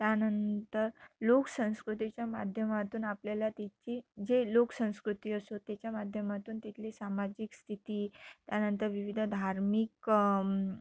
त्यानंतर लोकसंस्कृतीच्या माध्यमातून आपल्याला तिची जे लोकसंस्कृती असो त्याच्या माध्यमातून तिथली सामाजिक स्थिती त्यानंतर विविध धार्मिक